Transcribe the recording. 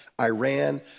Iran